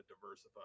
diversify